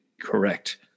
correct